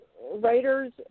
writers